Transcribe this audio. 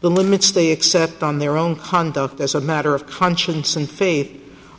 the limits they accept on their own conduct as a matter of conscience and faith